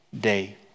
day